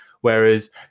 Whereas